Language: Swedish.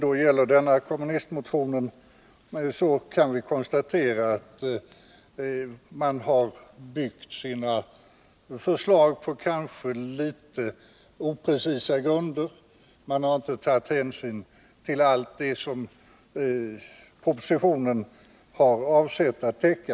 Vad gäller denna kommunistmotion har vi konstaterat att förslagen är byggda på något oprecisa grunder. Motionärerna har inte tagit hänsyn till det som propositionen har avsett att täcka.